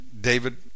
David